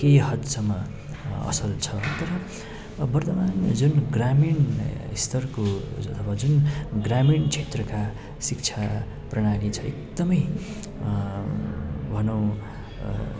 केही हदसम्म असल छ तर वर्तमान जुन ग्रामीण स्तरको जुन ग्रामीण क्षेत्रका शिक्षा प्रणाली चाहिँ एकदमै भनौँ